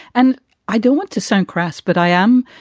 and i don't want to sound crass, but i am.